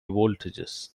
voltages